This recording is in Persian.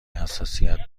حساسیت